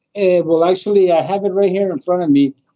it will actually have it right here in front of me.